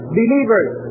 believers